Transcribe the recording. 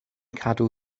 cadw